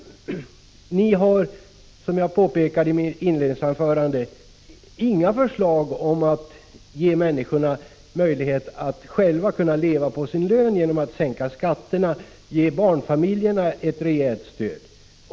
Ni har, som jag påpekade i mitt inledningsanförande, inga förslag som kan ge människorna möjlighet att leva på sin lön, t.ex. genom sänkning av skatterna eller genom ett rejält stöd till barnfamiljerna.